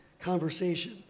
conversation